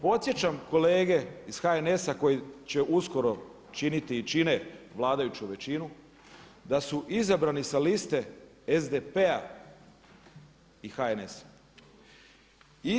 Podsjećam kolege iz HNS-a koji će uskoro činiti i čine vladajuću većinu, da su izabrani sa liste SDP-a i HNS-a.